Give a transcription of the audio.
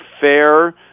fair